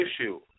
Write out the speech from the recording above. issue